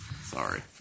Sorry